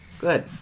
Good